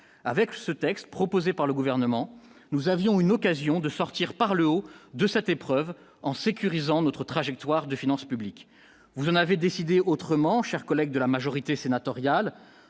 avec ce texte proposé par le gouvernement, nous avions une occasion de sortir par le haut de cette épreuve en sécurisant notre trajectoire de finances publiques, vous en avait décidé autrement, chers collègues de la majorité sénatoriale,